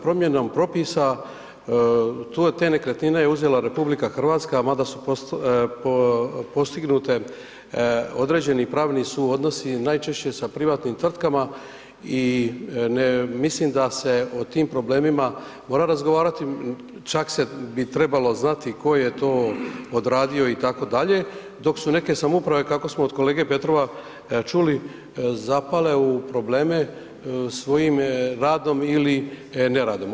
Promjenom propisa tu je te nekretnine uzela RH, ma da su postignute određeni pravni suodnosi, najčešće sa privatnim tvrtkama i mislim da se o tim problemima mora razgovarati, čak se bi trebalo znati tko je to odradio, itd., dok su neke samouprave kako smo od kolege Petrova čuli, zapale u probleme svojim radom ili neradom.